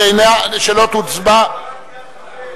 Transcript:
שלא נצביע עליה.